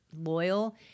loyal